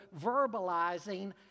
verbalizing